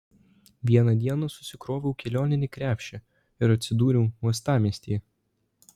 vieną dieną susikroviau kelioninį krepšį ir atsidūriau uostamiestyje